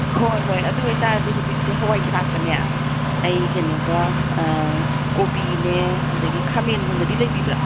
ꯍꯣꯏ ꯍꯣꯏ ꯑꯗꯨ ꯑꯣꯏꯇꯥꯔꯗꯤ ꯍꯧꯖꯤꯛꯁꯦ ꯍꯋꯥꯏ ꯊ꯭ꯔꯥꯛꯀꯅꯦ ꯑꯩ ꯀꯩꯅꯣꯒ ꯀꯣꯕꯤꯅꯦ ꯑꯗꯒꯤ ꯈꯥꯃꯦꯟꯒꯨꯝꯕꯗꯤ ꯂꯩꯕꯤꯕ꯭ꯔꯥ